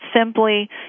simply